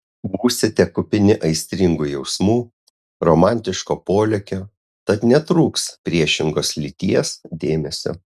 būsite kupini aistringų jausmų romantiško polėkio tad netrūks priešingos lyties dėmesio